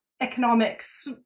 economics